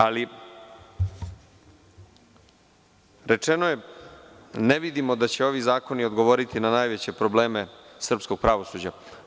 Ali, rečeno je – ne vidimo da će ovi zakoni odgovoriti na najveće probleme srpskog pravosuđa.